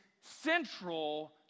central